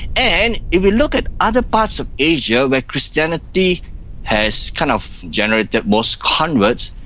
and if you look at other parts of asia where christianity has kind of generated the most converts,